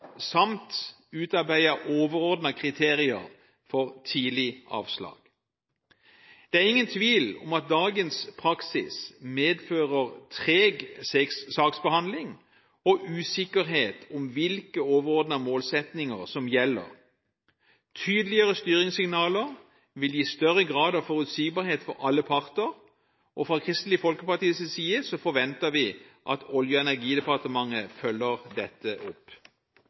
samt utarbeide overordnede kriterier for tidlig avslag. Det er ingen tvil om at dagens praksis medfører treg saksbehandling og usikkerhet om hvilke overordnede målsettinger som gjelder. Tydeligere styringssignaler vil gi større grad av forutsigbarhet for alle parter, og fra Kristelig Folkepartis side forventer vi at Olje- og energidepartementet følger dette opp.